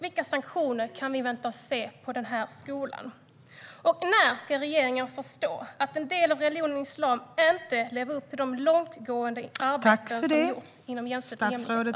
Vilka sanktioner kan vi vänta oss att få se mot den här skolan? Och när ska regeringen förstå att en del av religionen islam inte lever upp till det långtgående arbete som gjorts på jämlikhetsområdet?